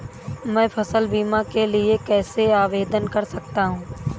मैं फसल बीमा के लिए कैसे आवेदन कर सकता हूँ?